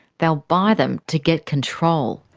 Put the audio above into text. they'll buy them to get control.